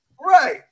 right